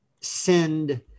send